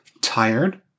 tired